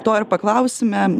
to ir paklausime